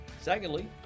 Secondly